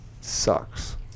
Sucks